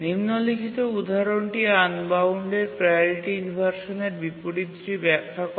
নিম্নলিখিত উদাহরণটি unbounded priority ইনভারসানের বিপরীতটি ব্যাখ্যা করে